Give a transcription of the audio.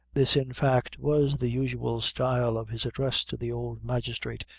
this, in fact, was the usual style of his address to the old magistrate,